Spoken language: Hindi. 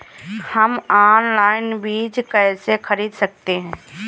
हम ऑनलाइन बीज कैसे खरीद सकते हैं?